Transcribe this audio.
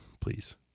please